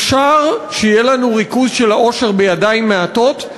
אפשר שיהיה לנו ריכוז של העושר בידיים מעטות,